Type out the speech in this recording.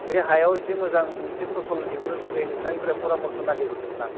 बे हायाव एसे मोजां मोनसे फसल दिहुननो थाखाय नोंथांनिफ्राय परामर्स' नागिर हरदोंमोन आं